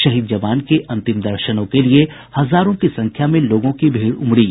शहीद जवान के अंतिम दर्शनों के लिये हजारों की संख्या में लोगों की भीड़ उमड़ी